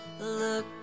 Look